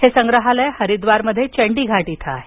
हे संग्रहालय हरिद्वार इथल्या चंडी घाट इथं आहे